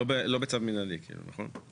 לא בצו מנהלי, נכון?